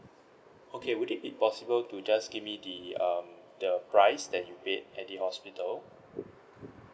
okay would it be possible to just give me the um the price that you paid at the hospital